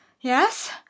Yes